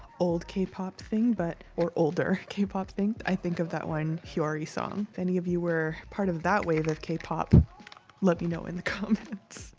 old k-pop thing, but or older k-pop thing. i think of that one hyori song. if any of you were part of that wave of k-pop, let me know in the comments.